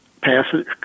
passage